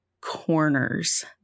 corners